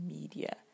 media